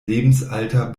lebensalter